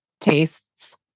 tastes